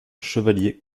chevaliers